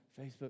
Facebook